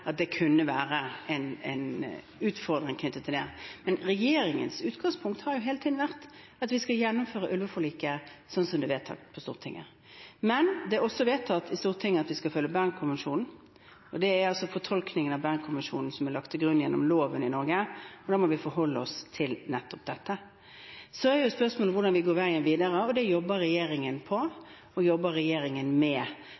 at det kunne være en utfordring knyttet til det. Men regjeringens utgangspunkt har hele tiden vært at vi skal gjennomføre ulveforliket slik det er vedtatt i Stortinget. Men det er også vedtatt i Stortinget at vi skal følge Bern-konvensjonen, og det er altså fortolkningen av Bern-konvensjonen som er lagt til grunn for loven i Norge. Da må vi forholde oss til nettopp dette. Så er spørsmålet hvordan vi går veien videre. Regjeringen jobber med for å få til en måte der det